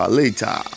later